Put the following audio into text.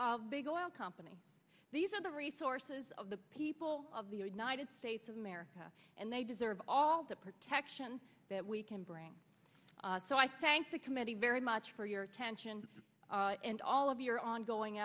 of big oil company these are the resources of the people of the united states of america and they deserve all the protection that we can bring so i thank the committee very much for your attention and all of your ongoing